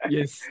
Yes